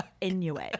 Inuit